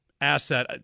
asset